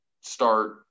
start